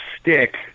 stick